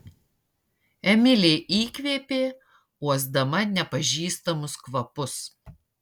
emilė įkvėpė uosdama nepažįstamus kvapus